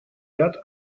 ряд